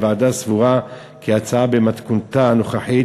הוועדה סבורה כי ההצעה במתכונתה הנוכחית